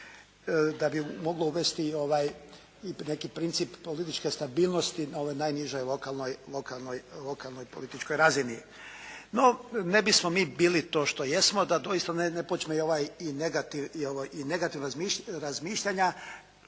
da bi moglo uvesti i neki princip političke stabilnosti na ovoj najnižoj lokalnoj političkoj razini. No, ne bismo mi bili to što jesmo da doista ne počne i ovaj i negativ,